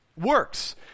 works